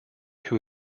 who